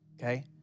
okay